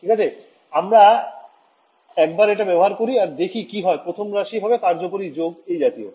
ঠিক আছে আমরা একবার এটা ব্যবহার করি আর দেখি কি হয় প্রথম রাশি হবে কার্যকরী যোগ এই জাতীয়